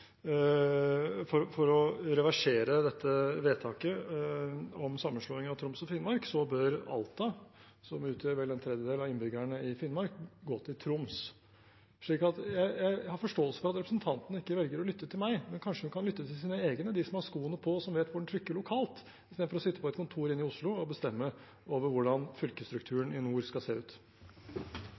for å reversere dette vedtaket om Troms og Finnmark, så bør Alta, som utgjør vel en tredjedel av innbyggerne i Finnmark, gå til Troms. Jeg har forståelse for at representanten ikke velger å lytte til meg, men kanskje hun kan lytte til sine egne, de som har skoene på og vet hvor det trykker lokalt, istedenfor å sitte på et kontor inne i Oslo og bestemme over hvordan fylkesstrukturen i nord skal se ut.